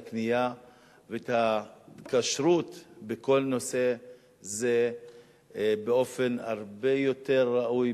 הקנייה ואת ההתקשרות בכל נושא באופן הרבה יותר ראוי.